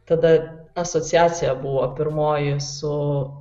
tada asociacija buvo pirmoji su